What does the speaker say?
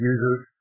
Users